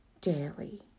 daily